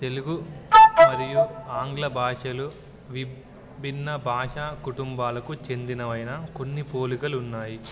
తెలుగు మరియు ఆంగ్ల భాషలు విభిన్న భాషా కుటుంబాలకు చెందినవైన కొన్ని పోలుకలు ఉన్నాయి